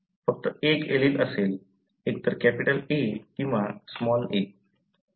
फक्त एक एलील असेल एकतर कॅपिटल "A" किंवा लहान "a"